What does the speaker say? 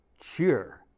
cheer